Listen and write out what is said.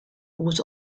was